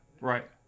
Right